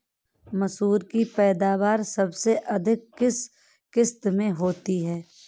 मसूर की पैदावार सबसे अधिक किस किश्त में होती है?